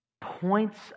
points